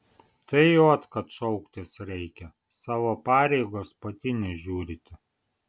tai ot kad šauktis reikia savo pareigos pati nežiūrite